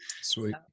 Sweet